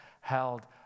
held